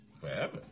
forever